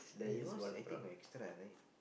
eh yours I think got extra right